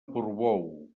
portbou